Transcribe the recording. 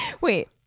wait